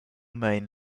main